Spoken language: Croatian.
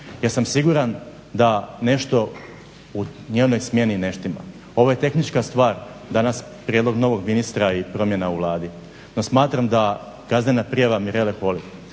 sam siguran da nešto u njenoj smjeni ne štima. Ovo je tehnička stvar danas prijedlog novog ministra i promjena u Vladi, no smatram da kaznena prijava Mirele Holy i